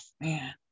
Man